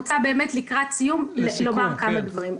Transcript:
לקראת סיום אני רוצה לומר כמה דברים.